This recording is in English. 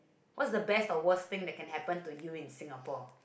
what the best or worst thing that can happen to you in Singapore